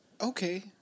okay